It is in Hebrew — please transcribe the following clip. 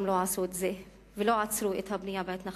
כולן לא עשו את זה ולא עצרו את הבנייה בהתנחלויות.